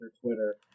Twitter